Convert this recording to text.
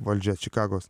valdžia čikagos